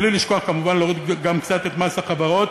בלי לשכוח כמובן להוריד גם קצת את מס החברות